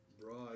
broad